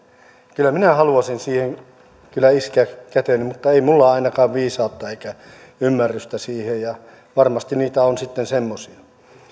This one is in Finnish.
kyllä minä haluaisin siihen iskeä käteni mutta ei minulla ole ainakaan viisautta eikä ymmärrystä siihen ja varmasti niitä on sitten semmoisia